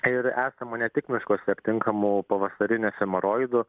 ir esama ne tik miškuose aptinkamų pavasarinių efemeroidų